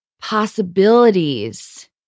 possibilities